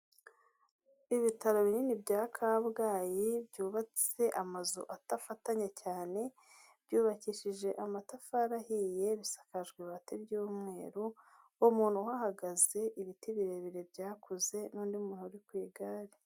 Iibitaro binini bya Kabgayi, byubatse amazu adafatanya cyane, byubakishije amatafari ahiye, bisakajwe ibati ry'umweru, umuntu uhahagaze, ibiti birebire byakuze, n'undi muntu ku igare.